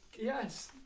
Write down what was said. Yes